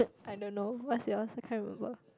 I don't know what's yours I can't remember